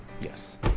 Yes